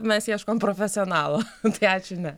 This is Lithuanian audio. mes ieškom profesionalo nu tai ačiū ne